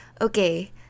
okay